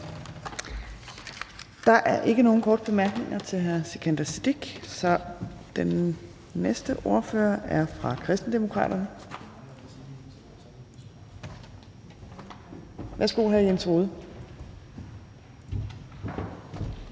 Der er ikke nogen korte bemærkninger til hr. Sikandar Siddique. Den næste ordfører er fra Kristendemokraterne. Værsgo, hr. Jens Rohde. Kl.